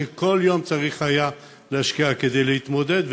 שכל יום היה צריך להשקיע בו כדי להתמודד,